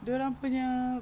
dorang punya